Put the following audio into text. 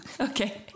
Okay